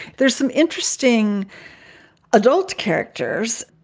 there's some interesting adult characters.